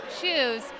shoes